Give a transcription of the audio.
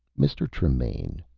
mr. tremaine,